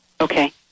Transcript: Okay